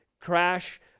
Crash